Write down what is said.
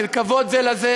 של כבוד זה לזה,